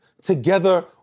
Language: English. together